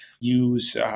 use